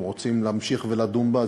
אם רוצים להמשיך ולדון בה,